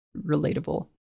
relatable